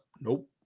Nope